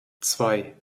zwei